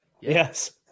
Yes